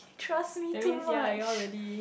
trust me too much